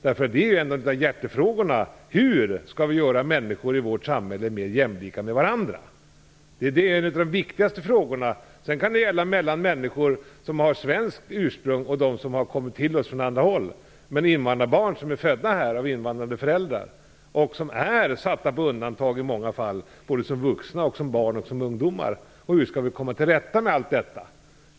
Det är ju en av hjärtefrågorna. Hur skall vi göra människor i vårt samhälle mer jämlika? Det är en av de viktigaste frågorna. Det kan sedan gälla människor som har svenskt ursprung eller dem som har kommit till oss från andra länder. Men invandrarbarn som är födda här av invandrade föräldrar är i många fall satta på undantag som barn, ungdomar och vuxna. Hur skall vi komma till rätta med det?